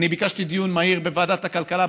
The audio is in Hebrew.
אני ביקשתי דיון מהיר בוועדת הכלכלה,